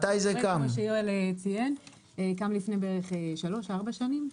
הוא קם לפני כשלוש ארבע שנים.